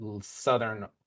Southern